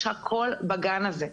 יש הכול בגן הזה.